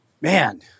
Man